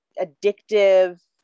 addictive